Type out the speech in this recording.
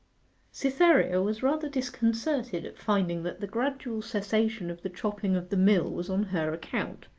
cytherea was rather disconcerted at finding that the gradual cessation of the chopping of the mill was on her account,